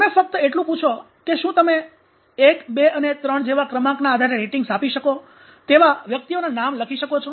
તમે ફક્ત એટલું પૂછો કે શું તમે 1 2 અને 3 જેવા ક્રમાંકના આધારે રેટિંગ્સ આપી શકો તેવા વ્યક્તિઓના નામ લખી શકો છો